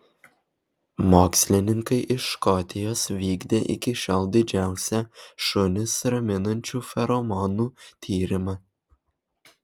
mokslininkai iš škotijos vykdė iki šiol didžiausią šunis raminančių feromonų tyrimą